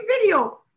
video